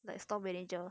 like store manager